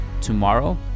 tomorrow